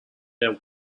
their